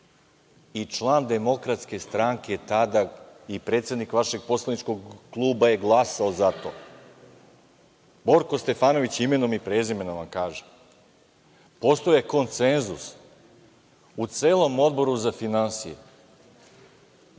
i član DS tada, i predsednik vašeg Poslaničkog kluba je glasao za to. Borko Stefanović, imenom i prezimenom, vam kažem. Postojao je konsenzus u celom Odboru za finansije